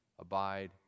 abide